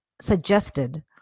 suggested